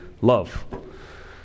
love